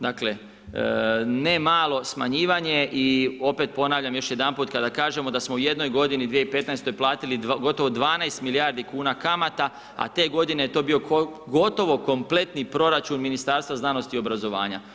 Dakle, ne malo smanjivanje i opet ponavljam još jedanput kada kažemo da smo u jednoj godini 2015. platiti gotovo 12 milijardi kuna kamata, a te godine je to bio gotovo kompletni proračun Ministarstva znanosti i obrazovanja.